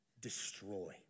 destroy